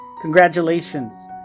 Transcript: Congratulations